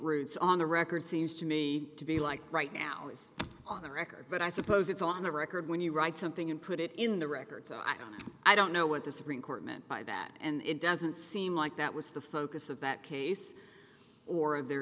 routes on the record seems to me to be like right now is on the record but i suppose it's on the record when you write something and put it in the record so i don't i don't know what the supreme court meant by that and it doesn't seem like that was the focus of that case or of their